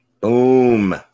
Boom